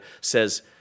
says